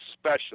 special